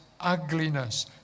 ugliness